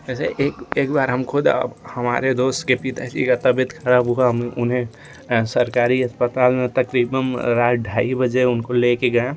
वैसे एक एक बार हम खुद हमारे दोस्त के पिताजी का तबीयत खराब हुआ हम उन्हे सरकारी अस्पताल में तकरीबम रा ढाई बजे उनको ले कर गए